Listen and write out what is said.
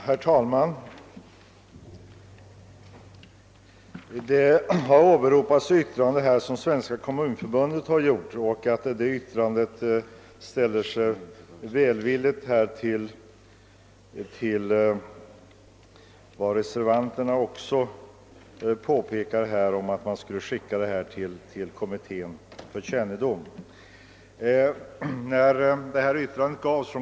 Herr talman! Det har åberopats att Svenska kommunförbundet i sitt yttrande ställt sig välvilligt till förslaget att motionerna skall överlämnas till kommunalrättskommittén för kännedom.